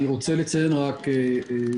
עכשיו,